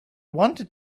wanted